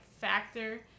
factor